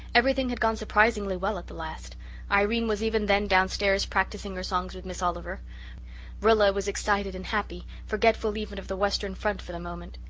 everything had gone surprisingly well at the last irene was even then downstairs practising her songs with miss oliver rilla was excited and happy, forgetful even of the western front for the moment.